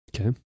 Okay